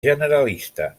generalista